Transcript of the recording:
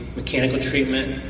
mechanical treatment,